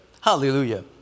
Hallelujah